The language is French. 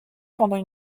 pendant